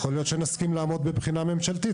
יכול להיות שנסכים לעמוד בבחינה ממשלתית,